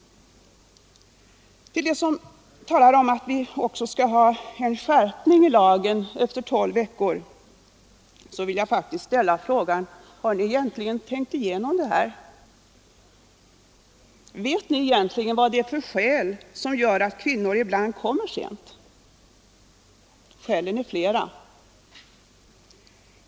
Till dem som säger att vi skall ha en skärpning i lagen när det gäller abort efter tolfte veckan vill jag faktiskt ställa frågan: Har ni egentligen tänkt igenom det här? Vet ni egentligen vad det är för skäl som gör att kvinnor ibland kommer sent? Skälen är flera.